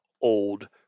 old